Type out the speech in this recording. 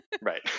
Right